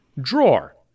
Drawer